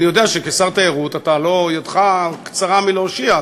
אני יודע שכשר תיירות ידך קצרה מלהושיע,